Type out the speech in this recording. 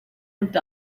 moved